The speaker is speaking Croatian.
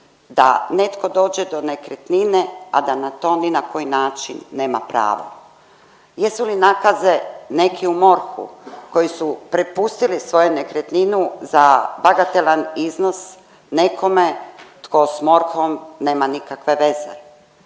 da netko dođe do nekretnine, a da na ni na koji način nema pravo? Jesu li nakaze neki u MORH-u koji su prepustili svoje nekretninu za bagatelan iznos nekome tko smo MORH-om nema nikakve veze?